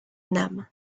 nam